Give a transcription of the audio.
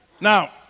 Now